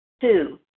Two